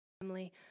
family